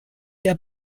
der